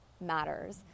matters